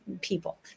people